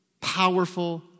powerful